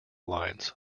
lines